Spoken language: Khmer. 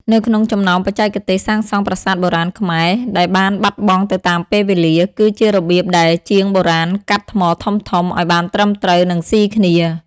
នៅក្នុងចំណោមបច្ចេកទេសសាងសង់ប្រាសាទបុរាណខ្មែរដែលបានបាត់បង់ទៅតាមពេលវេលា គឺជារបៀបដែលជាងបុរាណកាត់ថ្មធំៗឱ្យបានត្រឹមត្រូវ និងស៊ីគ្នា។